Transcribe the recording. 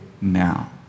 now